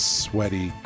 sweaty